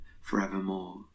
forevermore